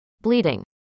bleeding